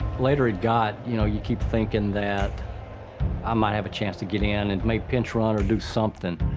later it got, you know, you keep thinking that i might have a chance to get in and make a pinch run or do something.